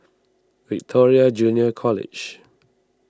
Victoria Junior College